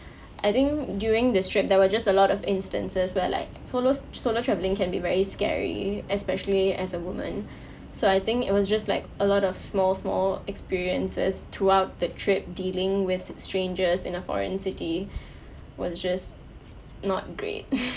I think during this trip there were just a lot of instances where like solos solo traveling can be very scary especially as a woman so I think it was just like a lot of small small experiences throughout the trip dealing with strangers in a foreign city was just not great